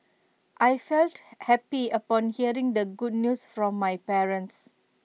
I felt happy upon hearing the good news from my parents